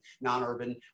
non-urban